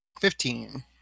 Fifteen